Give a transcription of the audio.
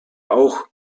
auch